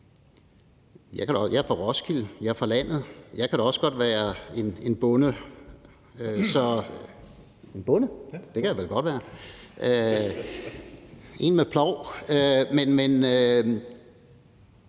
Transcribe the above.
jeg er fra Roskilde, jeg er fra landet, og jeg kan da også godt være en bonde – det kan jeg da godt være, sådan en med plov. Men